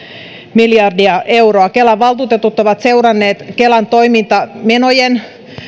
miljardia euroa kelan valtuutetut ovat seuranneet kelan toimintamenojen